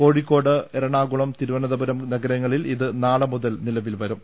കോഴിക്കോട് എറണാകുളം തിരുവനന്തപുരം നഗരങ്ങളിൽ ഇത് നാളെ മുതൽ നിലവിൽ വരും